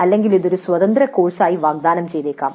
അല്ലെങ്കിൽ ഇത് ഒരു സ്വതന്ത്ര കോഴ്സായി വാഗ്ദാനം ചെയ്തേക്കാം